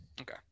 Okay